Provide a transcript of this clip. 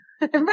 Right